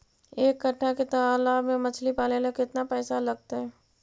एक कट्ठा के तालाब में मछली पाले ल केतना पैसा लगतै?